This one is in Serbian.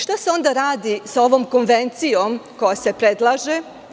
Šta se onda radi sa ovom konvencijom koja se predlaže?